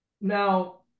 Now